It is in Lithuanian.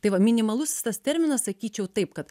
tai va minimalusis tas terminas sakyčiau taip kad